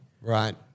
Right